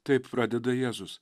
taip pradeda jėzus